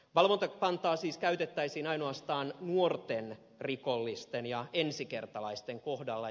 valvontapantaa siis käytettäisiin ainoastaan nuorten rikollisten ja ensikertalaisten kohdalla